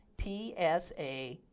TSA